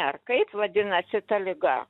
ar kaip vadinasi ta liga